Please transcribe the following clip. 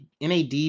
NAD